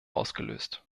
ausgelöst